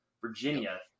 Virginia